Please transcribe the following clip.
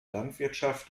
landwirtschaft